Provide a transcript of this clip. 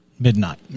Midnight